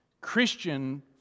Christian